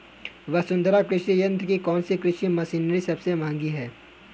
वसुंधरा कृषि यंत्र की कौनसी कृषि मशीनरी सबसे महंगी है?